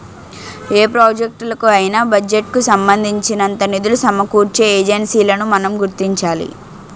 ఏ ప్రాజెక్టులకు అయినా బడ్జెట్ కు సంబంధించినంత నిధులు సమకూర్చే ఏజెన్సీలను మనం గుర్తించాలి